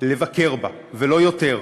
לבקר בה, ולא יותר.